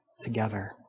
together